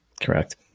Correct